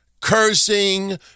cursing